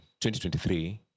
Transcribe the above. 2023